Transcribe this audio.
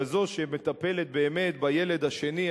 כזו שמטפלת באמת בילד השני,